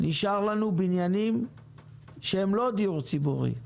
נשארו לנו בניינים שהם לא דיור ציבורי,